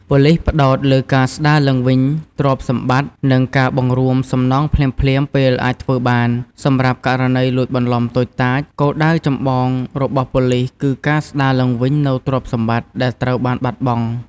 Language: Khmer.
ប៉ូលិសផ្តោតលើការស្ដារឡើងវិញទ្រព្យសម្បត្តិ និងការបង្រួមសំណងភ្លាមៗពេលអាចធ្វើបាន សម្រាប់ករណីលួចបន្លំតូចតាច គោលដៅចម្បងរបស់ប៉ូលិសគឺ ការស្ដារឡើងវិញនូវទ្រព្យសម្បត្តិ ដែលត្រូវបានបាត់បង់។